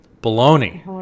bologna